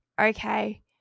okay